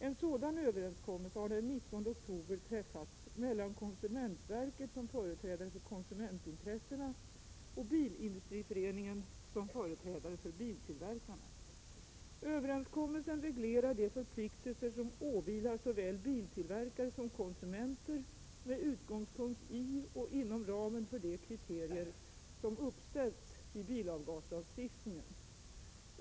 En sådan överenskommelse har den 19 oktober träffats mellan konsumentverket som företrädare för konsumentintressena och Bilindustriföreningen som företrädare för biltillverkarna. Överenskommelsen reglerar de förpliktelser som åvilar såväl biltillverkare som konsumenter med utgångspunkt i och inom ramen för de kriterier som uppställts i bilavgaslagstiftningen.